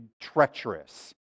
treacherous